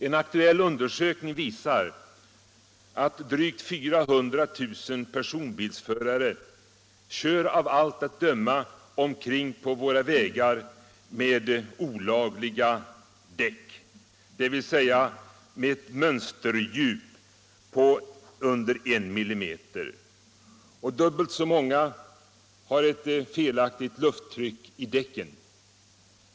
En aktuell undersökning visar att drygt 400 000 personbilsförare av allt att döma kör omkring på våra vägar med olagliga däck, dvs. med däck som har ett mönsterdjup under I mm. Och dubbelt så många har felaktigt lufttryck i däcken.